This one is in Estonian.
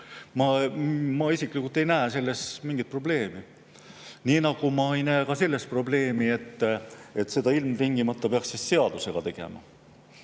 ma isiklikult ei näe selles mingit probleemi. Nii nagu ma ei näe ka seda probleemi, et seda ilmtingimata peaks seadusega sätestama.